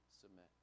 submit